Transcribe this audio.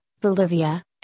Bolivia